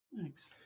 thanks